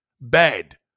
Bad